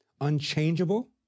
unchangeable